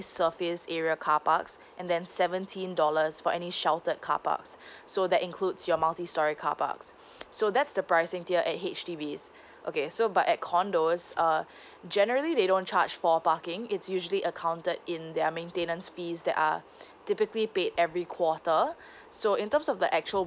surface area carparks and then seventeen dollars for any sheltered carparks so that includes your multi storey carparks so that's the pricing tier at H_D_B okay so but at condos uh generally they don't charge for parking it's usually accounted in their maintenance fees that are typically paid every quarter so in terms of the actual